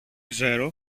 ξέρω